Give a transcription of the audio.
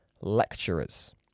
lecturers